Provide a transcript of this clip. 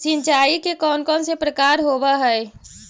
सिंचाई के कौन कौन से प्रकार होब्है?